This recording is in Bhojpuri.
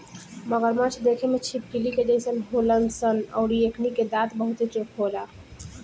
मगरमच्छ देखे में छिपकली के जइसन होलन सन अउरी एकनी के दांत बहुते चोख होला